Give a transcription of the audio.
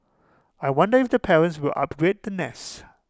I wonder if the parents will upgrade the nest